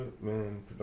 man